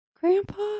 grandpa